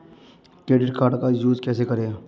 Credit card का use कैसे करें?